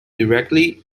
directly